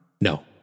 No